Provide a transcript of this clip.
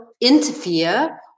interfere